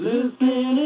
Listen